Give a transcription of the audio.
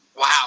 wow